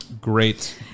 Great